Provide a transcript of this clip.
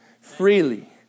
Freely